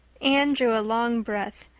anne drew a long breath.